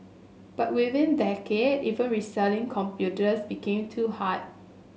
but within decade even reselling computers became too hard